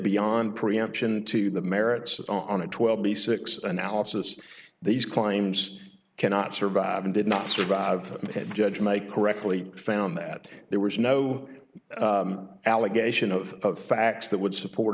beyond preemption to the merits and on a twelve b six analysis these claims cannot survive and did not survive judge may correctly found that there was no allegation of facts that would support